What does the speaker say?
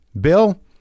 Bill